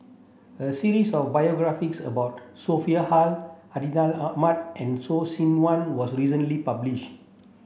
a series of biographies about Sophia Hull Hartinah Ahmad and Loh Sin Yun was recently published